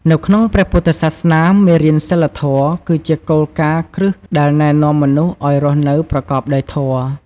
នៅក្នុងព្រះពុទ្ធសាសនា មេរៀនសីលធម៌ គឺជាគោលការណ៍គ្រឹះដែលណែនាំមនុស្សឱ្យរស់នៅប្រកបដោយធម៌។